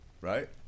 right